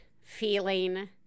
feeling